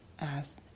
asked